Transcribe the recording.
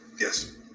Yes